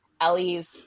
Ellie's